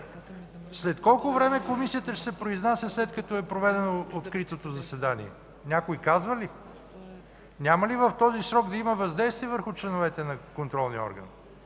След колко време Комисията ще се произнася след като е проведено откритото заседание? Някой казва ли? Няма ли в този срок да има въздействие върху членовете на контролния орган?